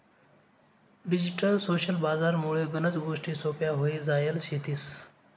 digital social बजार मुळे गनच गोष्टी सोप्प्या व्हई जायल शेतीस